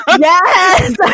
Yes